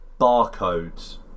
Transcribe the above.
Barcodes